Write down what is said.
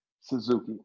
Suzuki